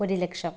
ഒരുലക്ഷം